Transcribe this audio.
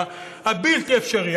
הבלתי-אפשרי,